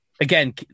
again